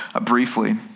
briefly